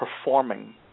performing